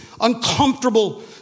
uncomfortable